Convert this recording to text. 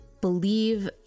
believe